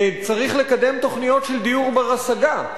צריך לקדם תוכניות של דיור בר-השגה.